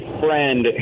friend